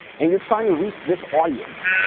and you're trying to reach this audience,